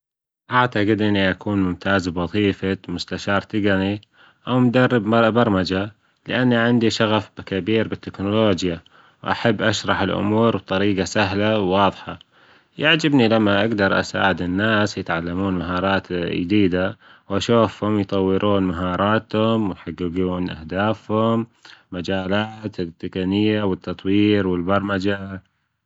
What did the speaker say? أعتجد إني أكون ممتاز بوظيفة مستشار تجني أو مدرب برمجة لأني عندي شغف كبير بالتكنولوجيا، وأحب أشرح الأمور بطريجة سهلة وواضحة، يعجبني لما أجدر أساعد الناس يتعلمون مهارات يديدة، وأشوفهم يطورون مهاراتهم ويحججون اهدافهم مجالات التجنية والتطوير والبرمجة.